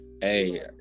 Hey